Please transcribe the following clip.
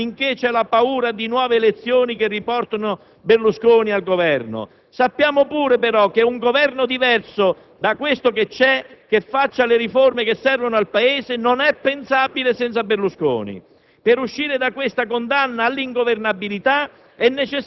Siamo consapevoli che il Governo Prodi non cadrà finché c'è la paura di nuove elezioni che riportino Berlusconi al Governo. Sappiamo anche però che un Governo diverso da quello attuale, che realizzi le riforme che servono al Paese, non è pensabile senza Berlusconi.